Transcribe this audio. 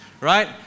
Right